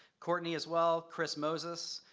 cortney as well, chris moses,